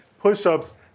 push-ups